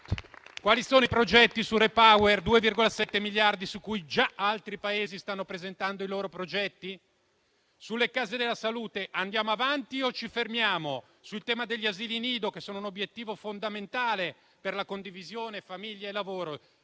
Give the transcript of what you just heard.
Quali sono i progetti sul REPower (2,7 miliardi), su cui già altri Paesi stanno presentando i loro progetti? Sulle case della salute andiamo avanti o ci fermiamo? Sul tema degli asili nido, che sono un obiettivo fondamentale per la conciliazione di famiglia e lavoro,